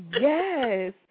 Yes